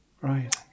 Right